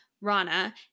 Rana